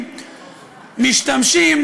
שמשתמשים